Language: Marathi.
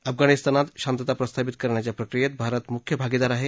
अफगाणिस्तानात शांतता प्रस्थापित करण्याच्या प्रक्रियेत भारत मुख्य भागीदार आहे